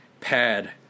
pad